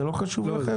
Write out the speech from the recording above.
זה לא חשוב לכם?